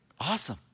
awesome